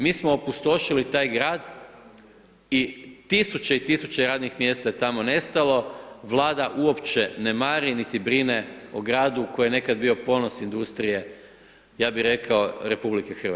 Mi smo opustošili taj grad i tisuće i tisuće radnih mjesta je tamo nestalo, vlada uopće ne mari niti brine o gradu koji je nekad bio ponos industrije, ja bi rekao RH.